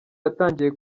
yatangiye